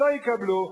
שלא יקבלו.